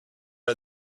are